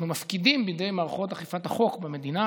אנחנו מפקידים בידי מערכות החוק במדינה,